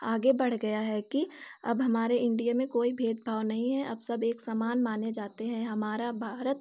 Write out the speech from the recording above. आगे बढ़ गया है कि अब हमारे इण्डिया में कोई भेदभाव नहीं है अब सब एकसमान माने जाते हैं हमारा भारत